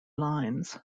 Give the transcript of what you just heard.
lines